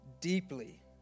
deeply